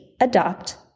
Adopt